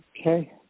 Okay